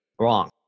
wrong